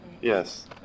Yes